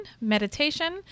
meditation